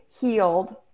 healed